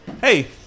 hey